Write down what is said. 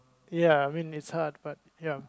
ya I mean it's hard but ya